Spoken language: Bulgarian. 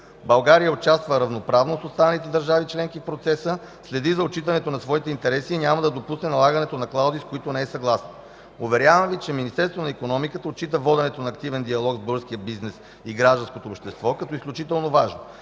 България участва равноправно с останалите държави членки в процеса, следи за отчитането на своите интереси и няма да допусне налагането на клаузи, с които не е съгласна. Уверявам Ви, че Министерството на икономиката отчита воденето на активен диалог с българския бизнес и гражданското общество като изключително важно.